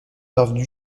parvenue